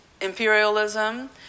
imperialism